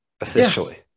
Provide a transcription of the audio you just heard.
officially